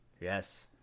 yes